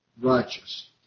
righteous